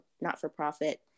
not-for-profit